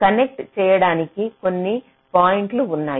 connect చేయడానికి కొన్ని పాయింట్లు ఉన్నాయి